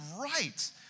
right